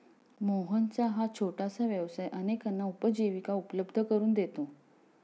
मोहनचा हा छोटासा व्यवसाय अनेकांना उपजीविका उपलब्ध करून देतो